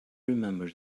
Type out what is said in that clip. remember